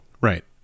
Right